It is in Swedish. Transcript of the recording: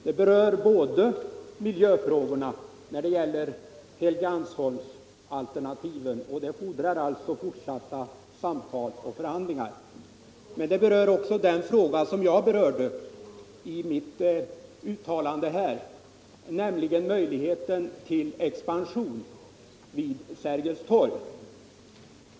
De berör miljöfrågorna när det gäller Helgeandsholmsalternativen och fordrar alltså fortsatta samtal och förhandlingar. Men de rör också den fråga som jag tog upp i mitt förra anförande, nämligen möjligheten till expansion vid Sergels torg.